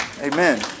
Amen